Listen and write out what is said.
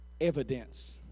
evidence